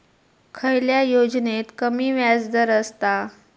खयल्या योजनेत कमी व्याजदर असता?